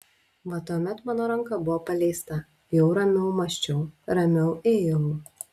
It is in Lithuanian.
va tuomet mano ranka buvo paleista jau ramiau mąsčiau ramiau ėjau